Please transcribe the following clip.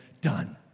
done